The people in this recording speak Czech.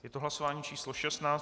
Je to hlasování číslo 16.